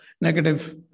negative